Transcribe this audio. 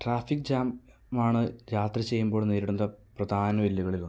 traffic ജാമാണ് യാത്ര ചെയ്യുമ്പോൾ നേരിടുന്ന പ്രധാന വെല്ലുവിളിൽ ഒന്ന്